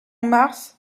mars